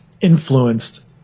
influenced